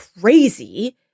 crazy